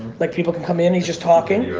like people can come in he's just talking.